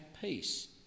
peace